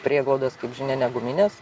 prieglaudos kaip žinia neguminės